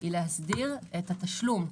היא להסדיר את התשלום,